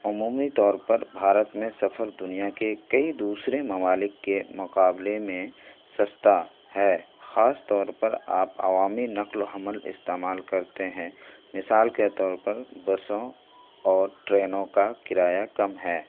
عمومی طور پر بھارت میں سفر دنیا کے کئی دوسرے ممالک کے مقابلے میں سستا ہے خاص طور پر آپ عوامی نقل و حمل استعمال کرتے ہیں مثال کے طور پر بسوں اور ٹرینوں کا کرایہ کم ہے